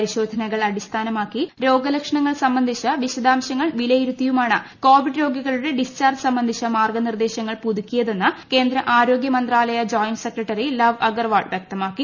പരിശോധനകൾ അടിസ്ഥാന മാക്കി രോഗലക്ഷണങ്ങൾ സംബന്ധിച്ച വിശദാംശങ്ങൾ വിലയിരുത്തി യുമാണ് കോവിഡ് രോഗികളുടെ ഡിസ്ചാർജ് സംബന്ധിച്ച മാർഗ്ഗനിർദ്ദേശങ്ങൾ പുതുക്കിയതെന്ന് കേന്ദ്ര ആരോഗൃമന്ത്രാലയ ജോയിന്റ് സെക്രട്ടറി ലവ് അഗർവാൾ വ്യക്തമാക്കി